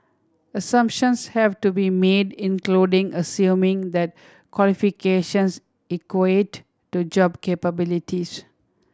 Assumptions have to be made including assuming that qualifications equate to job capabilities